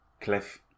Cliff